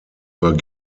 were